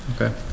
Okay